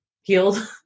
healed